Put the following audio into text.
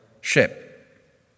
ship